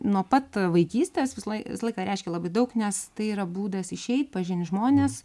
nuo pat vaikystės visąlaik visą laiką reiškė labai daug nes tai yra būdas išeit pažint žmones